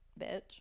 bitch